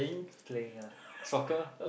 playing ah soccer